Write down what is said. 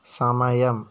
സമയം